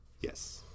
yes